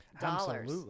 dollars